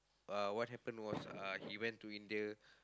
uh what happened was uh he went to India